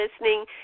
listening